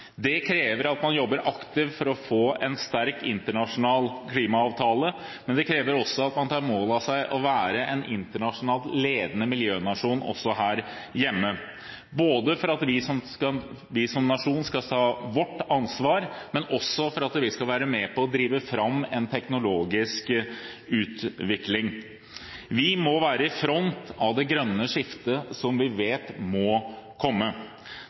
Det krever at man jobber aktivt for å få en sterk internasjonal klimaavtale, men det krever også at man tar mål av seg til å være en internasjonalt ledende miljønasjon – også her hjemme – både for at vi som nasjon skal ta vårt ansvar, og for at vi skal være med på å drive fram en teknologisk utvikling. Vi må være i front av det grønne skiftet som vi vet må komme.